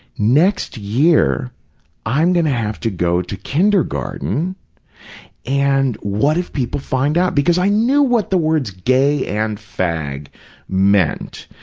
next year i'm going to have to go to kindergarten and what if people find out, because i knew what the words gay and fag meant,